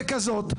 ככזאת,